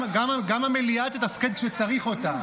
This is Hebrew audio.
--- גם המליאה תתפקד כשצריך אותה,